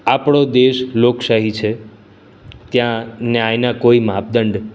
આપણો દેશ લોકશાહી છે ત્યાં ન્યાયના કોઇ માપદંડ